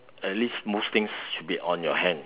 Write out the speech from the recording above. at least most things should be on your hand